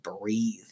breathe